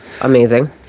Amazing